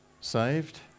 Saved